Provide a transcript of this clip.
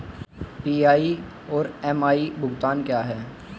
PI और MI भुगतान क्या हैं?